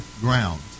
ground